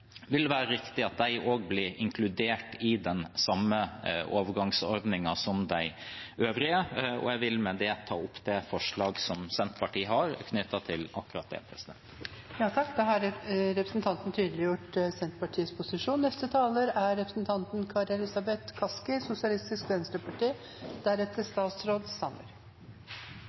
vil være riktig at de blir inkludert i den samme overgangsordningen som de øvrige. Jeg vil med det ta opp det forslaget Senterpartiet har knyttet til akkurat det. Representanten Sigbjørn Gjelsvik har